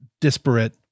disparate